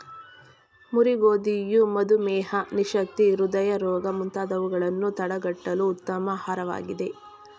ಮುರಿ ಗೋಧಿಯು ಮಧುಮೇಹ, ನಿಶಕ್ತಿ, ಹೃದಯ ರೋಗ ಮುಂತಾದವುಗಳನ್ನು ತಡಗಟ್ಟಲು ಉತ್ತಮ ಆಹಾರವಾಗಿದೆ